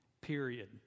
Period